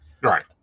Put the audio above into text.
Right